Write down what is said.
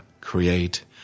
create